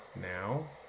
now